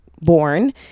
born